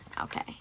okay